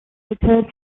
occurred